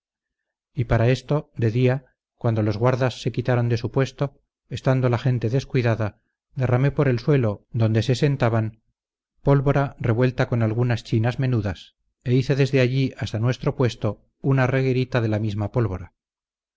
y para esto de día cuando las guardas se quitaron de su puesto estando la gente descuidada derramé por el suelo donde se sentaban pólvora revuelta con algunas chinas menudas e hice desde allí hasta nuestro puesto una reguerita de la misma pólvora